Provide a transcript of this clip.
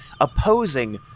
opposing